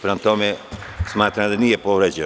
Prema tome, smatram da nije povređen.